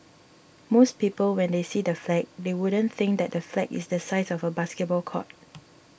most people when they see the flag they wouldn't think that the flag is the size of a basketball court